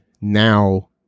Now